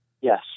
yes